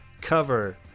cover